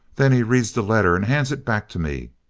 then he reads the letter and hands it back to me.